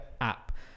app